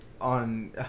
on